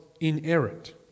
inerrant